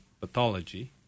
pathology